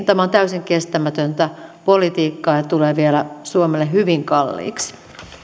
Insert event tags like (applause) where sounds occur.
(unintelligible) tämä on täysin kestämätöntä politiikkaa ja tulee vielä suomelle hyvin kalliiksi